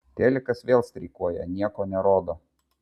telikas vėl streikuoja nieko nerodo